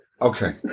Okay